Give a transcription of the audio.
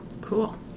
Cool